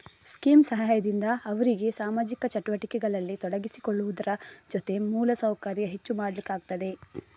scheme ಸಹಾಯದಿಂದ ಅವ್ರಿಗೆ ಸಾಮಾಜಿಕ ಚಟುವಟಿಕೆಗಳಲ್ಲಿ ತೊಡಗಿಸಿಕೊಳ್ಳುವುದ್ರ ಜೊತೆ ಮೂಲ ಸೌಕರ್ಯ ಹೆಚ್ಚು ಮಾಡ್ಲಿಕ್ಕಾಗ್ತದೆ